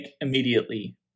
immediately